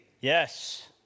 Yes